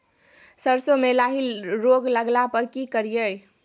सरसो मे लाही रोग लगला पर की करिये?